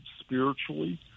spiritually